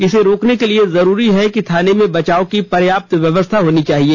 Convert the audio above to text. इसे रोकने के लिए जरूरी है कि थाने में बचाव की पर्याप्त व्यवस्था होनी चाहिए